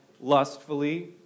lustfully